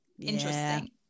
Interesting